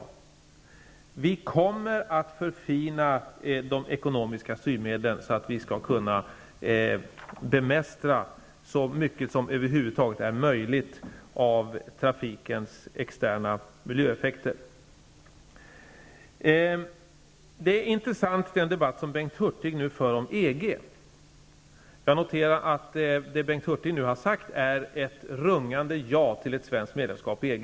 Regeringen kommer att förfina de ekonomiska styrmedlen så, att vi skall kunna bemästra så mycket som det över huvud taget är möjligt av trafikens externa miljöeffekter. Den diskussion som Bengt Hurtig nu för om EG är intressant. Jag noterar att det som Bengt Hurtig har sagt innebär ett rungande ja till ett svenskt medlemskap i EG.